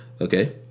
Okay